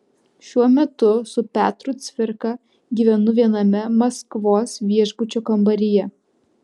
šiuo metu su petru cvirka gyvenu viename maskvos viešbučio kambaryje